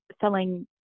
selling